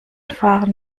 fahren